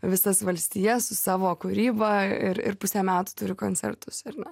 visas valstijas su savo kūryba ir ir pusę metų turi koncertus ar ne